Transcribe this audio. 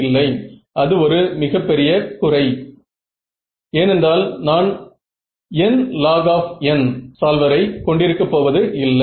மேலும் இங்கு நடப்பது என்னவென்றால் ரியாக்ட்டன்ஸ் கன்வர்ஜ் ஆவதாக தெரியவில்லை